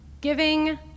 giving